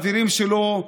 החברים שלו,